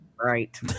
Right